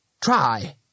Try